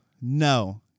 No